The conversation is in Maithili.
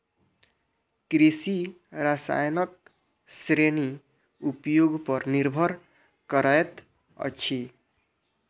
कृषि रसायनक श्रेणी उपयोग पर निर्भर करैत अछि